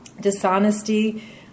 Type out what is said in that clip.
Dishonesty